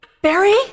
Barry